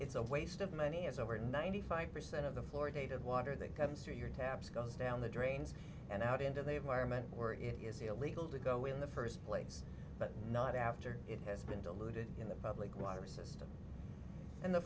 it's a waste of money as over ninety five percent of the floor date of water that comes through your taps goes down the drains and out into the environment where it is illegal to go in the first place but not after it has been diluted in the public water system and the